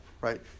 right